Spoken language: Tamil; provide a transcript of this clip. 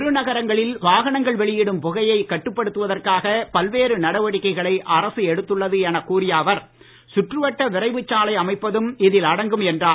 பெரு நகரங்களில் வாகனங்கள் வெளியிடும் புகையைக் கட்டுப்படுத்துவதற்காக பல்வேறு நடவடிக்கைகளை அரசு எடுத்துள்ளது எனக் கூறிய அவர் சுற்றுவட்ட விரைவுச் சாலை அமைப்பதும் இதில் அடங்கும் என்றார்